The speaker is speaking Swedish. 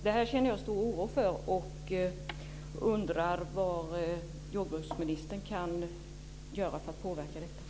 Det här känner jag stor oro för, och jag undrar vad jordbruksministern kan göra för att påverka detta.